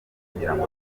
kugirango